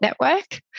network